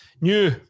new